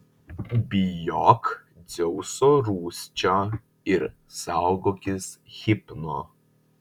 bijok dzeuso rūsčio ir saugokis hipno